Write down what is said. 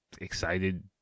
excited